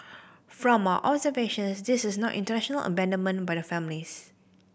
from our observations this is not intentional abandonment by the families